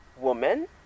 woman